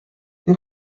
این